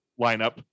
lineup